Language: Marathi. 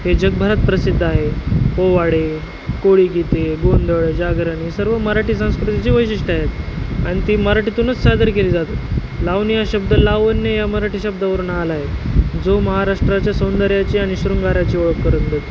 हे जगभरात प्रसिद्ध आहे पोवाडे कोळीगीते गोंंधळ जागरण हे सर्व मराठी संस्कृतीची वैशिष्ट्यं आहेत आणि ती मराठीतूनच सादर केली जाते लावणी या शब्द लावण्य या मराटी शब्दवरून आला आहे जो महाराष्ट्राच्या सौंदर्याची आणि शृंगाराची ओळख करून देतो